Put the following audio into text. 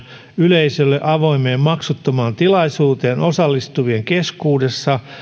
yleisölle avoimeen maksuttomaan tilaisuuteen osallistuvien keskuudessa